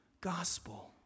gospel